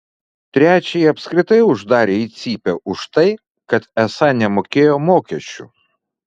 trečiąjį apskritai uždarė į cypę už tai kad esą nemokėjo mokesčių